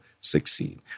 succeed